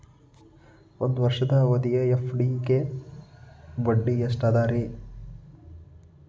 ಒಂದ್ ವರ್ಷದ ಅವಧಿಯ ಎಫ್.ಡಿ ಗೆ ಬಡ್ಡಿ ಎಷ್ಟ ಅದ ರೇ?